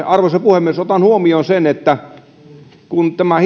arvoisa puhemies otan huomioon sen että kun tämä